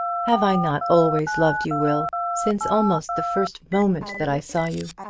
have i not always loved you, will, since almost the first moment that i saw you?